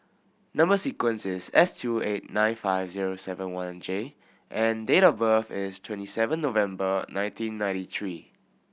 number sequence is S two eight nine five zero seven one J and date of birth is twenty seven November nineteen ninety three